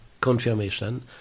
confirmation